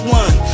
one